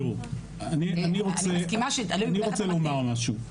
תראו, אני רוצה לומר משהו.